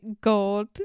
god